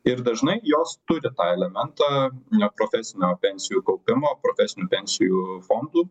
ir dažnai jos turi tą elementą neprofesinio pensijų kaupimo o profesinių pensijų fondų